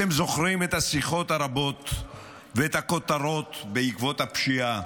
אתם זוכרים את השיחות הרבות ואת הכותרות בעקבות הפשיעה?